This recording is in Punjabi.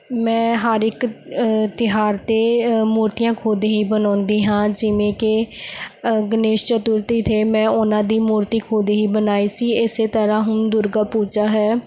ਮੈਂ ਹਰ ਇੱਕ ਤਿਉਹਾਰ 'ਤੇ ਮੂਰਤੀਆਂ ਖੁਦ ਹੀ ਬਣਾਉਂਦੀ ਹਾਂ ਜਿਵੇਂ ਕਿ ਗਨੇਸ਼ ਚਤੁਰਥੀ 'ਤੇ ਮੈਂ ਉਹਨਾਂ ਦੀ ਮੂਰਤੀ ਖੁਦ ਹੀ ਬਣਾਈ ਸੀ ਇਸੇ ਤਰ੍ਹਾਂ ਹੁਣ ਦੁਰਗਾ ਪੂਜਾ ਹੈ